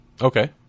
Okay